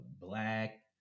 black